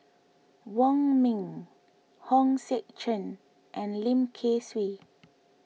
Wong Ming Hong Sek Chern and Lim Kay Siu